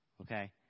Okay